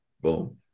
Boom